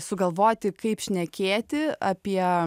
sugalvoti kaip šnekėti apie